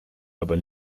aber